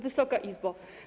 Wysoka Izbo!